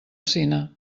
cine